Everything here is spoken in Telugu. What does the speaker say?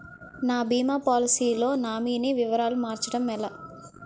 నా భీమా పోలసీ లో నామినీ వివరాలు మార్చటం ఎలా?